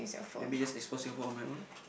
maybe just explore Singapore on my own